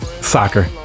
Soccer